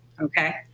Okay